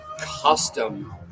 custom